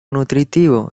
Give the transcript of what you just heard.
nutritivo